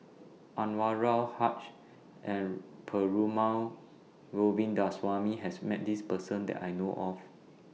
Anwarul Haque and Perumal Govindaswamy has Met This Person that I know of